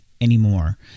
anymore